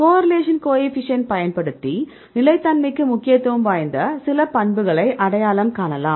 correlation coefficient பயன்படுத்தி நிலைத்தன்மைக்கு முக்கியத்துவம் வாய்ந்த சில பண்புகளை அடையாளம் காணலாம்